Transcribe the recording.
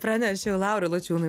pranešiau laurui lučiūnui